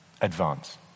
advance